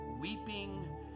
weeping